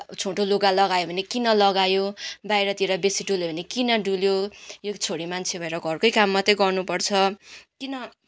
छोटो लुगा लगायो भने किन लगायो बाहिरतिर बेसी डुल्यो भने किन डुल्यो यो छोरी मान्छे भएर घरकै काम मात्रै गर्नुपर्छ किन